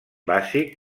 bàsic